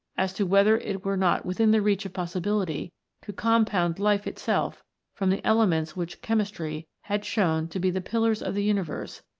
as to whether it were not within the reach of possibility to com pound life itself from the elements which chem istry had shown to be the pillars of the universe,